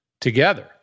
together